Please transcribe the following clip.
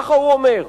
ככה הוא אומר: